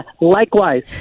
Likewise